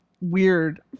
weird